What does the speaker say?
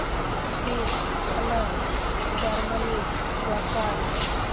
grease Ghana Germany Japan